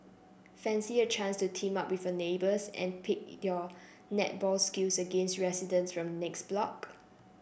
fancy a chance to team up with your neighbours and pit your netball skills against residents from the next block